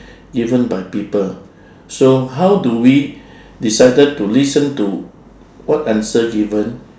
even by people so how do we decided to listen to what answer given